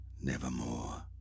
nevermore